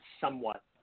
somewhat